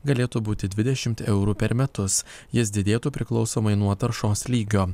galėtų būti dvidešim eurų per metus jis didėtų priklausomai nuo taršos lygio